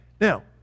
Now